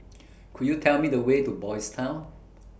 Could YOU Tell Me The Way to Boys' Town